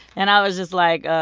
and i was just like,